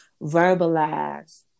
verbalize